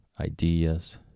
Ideas